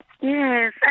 Yes